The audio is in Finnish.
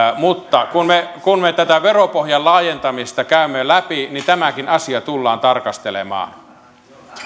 mutta kun me kun me tätä veropohjan laajentamista käymme läpi niin tätäkin asiaa tullaan tarkastelemaan